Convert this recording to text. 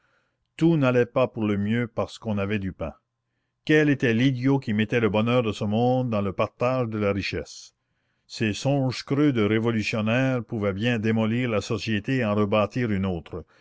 tout n'allait pas pour le mieux parce qu'on avait du pain quel était l'idiot qui mettait le bonheur de ce monde dans le partage de la richesse ces songe-creux de révolutionnaires pouvaient bien démolir la société et en rebâtir une autre